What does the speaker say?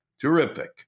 Terrific